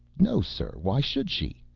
no sir. why should she?